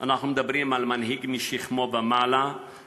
אנחנו מדברים על מנהיג משכמו ומעלה,